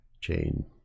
chain